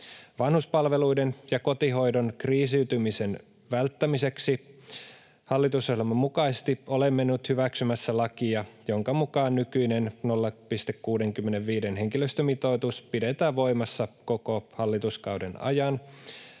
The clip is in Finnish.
Vanhuspalveluiden ja kotihoidon kriisiytymisen välttämiseksi hallitusohjelman mukaisesti olemme nyt hyväksymässä lakia, jonka mukaan nykyinen 0,65-henkilöstömitoitus pidetään voimassa koko hallituskauden ajan